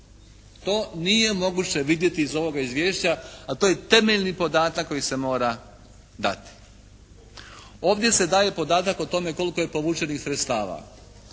To nije moguće vidjeti iz ovoga izvješća a to je temeljni podatak koji se mora dati. Ovdje se daje podatak o tome koliko je povučenih sredstava.